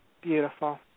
Beautiful